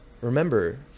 Remember